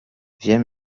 wir